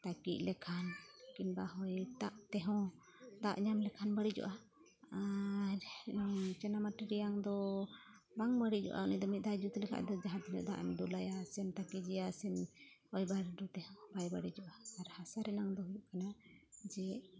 ᱛᱟᱠᱤᱡ ᱞᱮᱠᱷᱟᱱ ᱠᱤᱝᱵᱟ ᱦᱚᱭᱫᱟᱜ ᱛᱮᱦᱚᱸ ᱫᱟᱜ ᱧᱟᱢ ᱞᱮᱠᱷᱟᱱ ᱵᱟᱹᱲᱤᱡᱚᱜᱼᱟ ᱟᱨ ᱪᱤᱱᱟ ᱢᱟᱴᱤ ᱨᱮᱭᱟᱝ ᱫᱚ ᱵᱟᱝ ᱵᱟᱹᱲᱤᱡᱚᱜᱼᱟ ᱩᱱᱤ ᱫᱚ ᱢᱤᱫ ᱫᱷᱟᱣ ᱡᱩᱛ ᱞᱮᱠᱷᱟᱱ ᱡᱟᱦᱟᱛᱤᱱᱟᱹᱜ ᱫᱟᱜ ᱮᱢ ᱫᱩᱞᱟᱭᱟ ᱥᱮᱢ ᱛᱟᱠᱤᱡᱮᱭᱟ ᱥᱮᱢ ᱦᱚᱭ ᱵᱷᱟᱨᱰᱩ ᱛᱮᱦᱚᱸ ᱵᱟᱭ ᱵᱟᱹᱲᱤᱡᱚᱜᱼᱟ ᱟᱨ ᱦᱟᱥᱟ ᱨᱮᱱᱟᱜ ᱫᱚ ᱦᱩᱭᱩᱜ ᱠᱟᱱᱟ ᱡᱮ